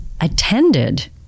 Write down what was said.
attended